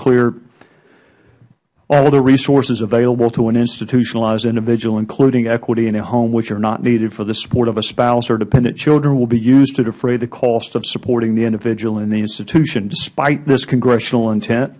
clear all of the resources available to an institutionalized individual including equity in a home which are not needed for the support of a spouse or dependent children will be used to defray the costs of supporting the individual and the institutions despite this congressional intent